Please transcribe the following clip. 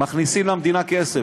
מכניסים למדינה כסף.